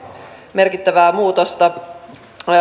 merkittävää muutosta